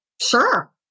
sure